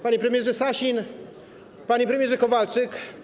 Panie Premierze Sasin! Pan Premierze Kowalczyk!